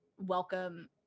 welcome